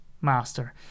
master